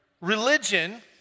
religion